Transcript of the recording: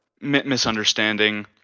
misunderstanding